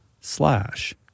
slash